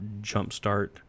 jumpstart